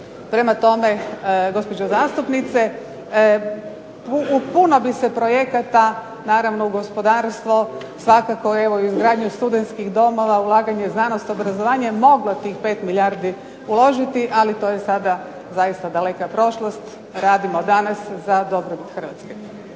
Prema tome, gospođo zastupnice, u puno bi se projekata naravno u gospodarstvo, svakako evo i u izgradnju studentskih domova, ulaganje u znanost i obrazovanje, moglo tih 5 milijardi uložiti, ali to je sada zaista daleka prošlost. Radimo danas za dobrobit Hrvatske.